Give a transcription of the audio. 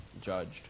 judged